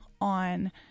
on